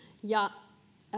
ja